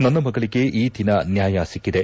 ನನ್ನ ಮಗಳಿಗೆ ಈ ದಿನ ನ್ಯಾಯ ಸಿಕ್ಕಿದೆ